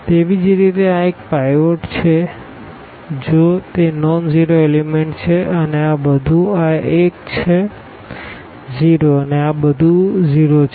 તેવી જ રીતે આ એક પાઈવોટ છે જો તે નોનઝીરો એલીમેન્ટ છે અને આ બધું આ એક છે 0 અને આ બધું બધું 0 છે